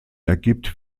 ergibt